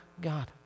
God